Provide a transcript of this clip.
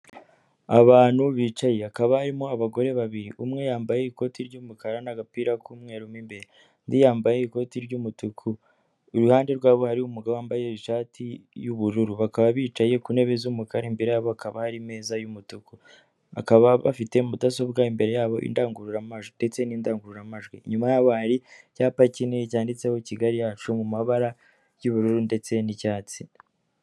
Abantu bicaye hakaba harimo abagore babiri, umwe yambaye ikoti ry'umukara n'agapira k'umweru mu imbere, undi yambaye ikoti ry'umutuku iruhande rwabo hariho umugabo wambaye ishati y'ubururu, bakaba bicaye ku ntebe z'umukara imbere yabo hakaba hari imeza y'umutuku, bakaba bafite mudasobwa imbere yabo ndetse n'indangururamajwi inyuma ya hari icyapa kinini cyanditseho Kigali yacu mu mabara y'ubururu ndetse n'icyatsi.